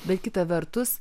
bet kita vertus